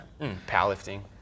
Powerlifting